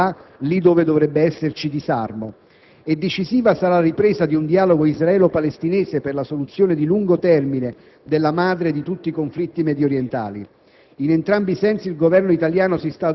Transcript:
cosicché non ci sia un riarmo di Hezbollah lì dove dovrebbe esserci disarmo; e decisiva sarà la ripresa di un dialogo israelo-palestinese per la soluzione di lungo termine della madre di tutti i conflitti mediorientali.